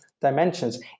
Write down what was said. dimensions